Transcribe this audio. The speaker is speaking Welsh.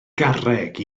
garreg